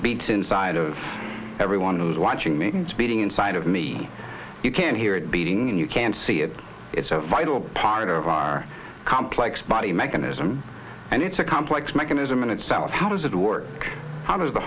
beats inside of everyone who's watching means beating inside of me you can hear it beating and you can't see it it's a vital part of our complex body mechanism and it's a complex mechanism in itself how does it work how does the